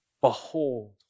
Behold